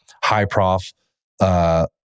high-prof